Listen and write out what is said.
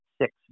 six